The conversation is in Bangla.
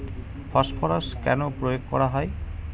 ফসফরাস কেন প্রয়োগ করা হয়?